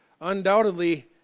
Undoubtedly